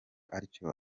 atyo